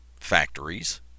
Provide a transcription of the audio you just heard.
factories